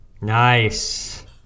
Nice